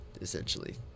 essentially